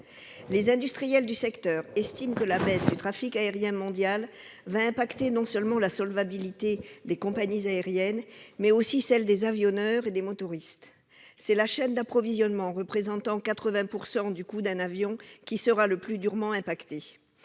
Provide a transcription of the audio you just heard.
Les industriels du secteur estiment que la baisse du trafic aérien mondial va affecter non seulement la solvabilité des compagnies aériennes, mais aussi celle des avionneurs et des motoristes. C'est la chaîne d'approvisionnement, représentant 80 % du coût d'un avion, qui sera le plus durement impactée.